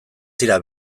dira